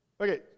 okay